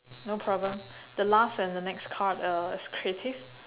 no problem the last and the next card uh is creative